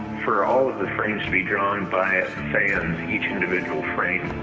for all of the frames to be drawn by ah fans, and each individual frame,